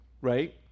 right